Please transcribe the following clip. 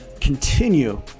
continue